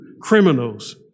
criminals